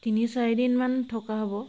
তিনি চাৰিদিনমান থকা হ'ব